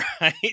right